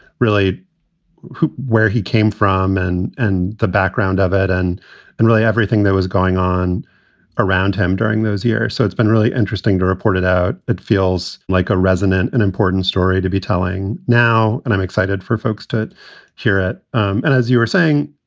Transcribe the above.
really where he came from and and the background of it and then really everything that was going on around him during those years. so it's been really interesting to report it out. it feels like a resonant and important story to be telling now. and i'm excited for folks to hear it. um and as you were saying,